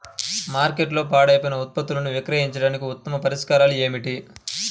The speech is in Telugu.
మార్కెట్లో పాడైపోయే ఉత్పత్తులను విక్రయించడానికి ఉత్తమ పరిష్కారాలు ఏమిటి?